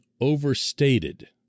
overstated